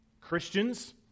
Christians